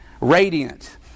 radiant